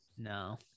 No